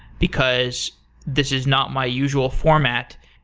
because this is not my usual format,